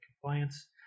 compliance